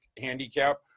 handicap